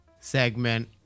segment